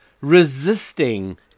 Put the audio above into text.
resisting